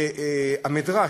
והמדרש,